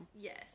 Yes